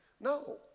no